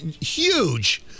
huge